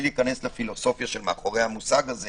להיכנס לפילוסופיה מאחורי המושג הזה